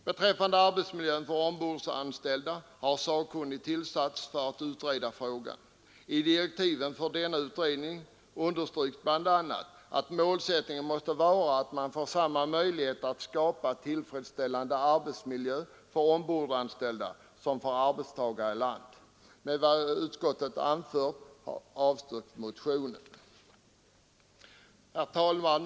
Beträffande arbetsmiljön för ombordanställda vill jag säga att sakkunnig har tillsatts för att utreda frågan. I direktiven för denna utredning understryks bl.a. att målsättningen måste vara att man får samma möjlighet att skapa tillfredsställande arbetsmiljö för ombordanställda som för arbetstagare i land. Med vad utskottet anfört avstyrks motionerna på denna punkt. Herr talman!